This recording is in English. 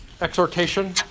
exhortation